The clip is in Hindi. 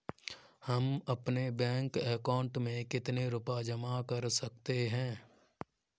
हम अपने बैंक अकाउंट में कितने रुपये जमा कर सकते हैं?